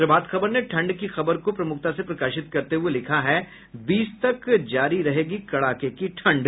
प्रभात खबर ने ठंड की खबर को प्रमुखता से प्रकाशित करते हुये लिखा है बीस तक जारी रहेगी कड़ाके की ठंड